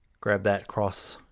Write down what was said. grab that cross,